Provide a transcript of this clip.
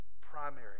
Primary